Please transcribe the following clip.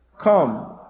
Come